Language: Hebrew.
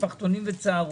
משפחתונים וצהרונים?